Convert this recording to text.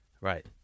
right